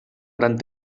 gran